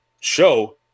show